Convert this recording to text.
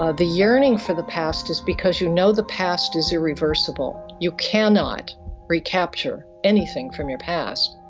ah the yearning for the past is because you know the past is irreversible. you cannot recapture anything from your past.